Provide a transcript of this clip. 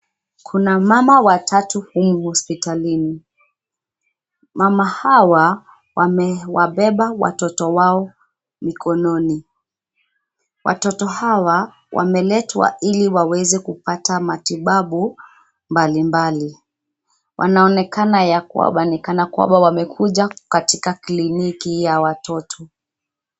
Kuna mama watatu humu hospitani. Mama hawa wamewabeba watoto wao mikononi. Watoto hawa wameletwa ili waweze kupata matibabu mbalimbali. Wanaonekana kwamba wamekuja katika kliniki ya watoto.